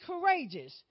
courageous